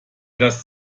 das